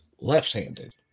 left-handed